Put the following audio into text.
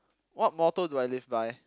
what motto do I live by